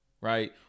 right